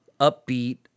upbeat